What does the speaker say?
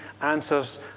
answers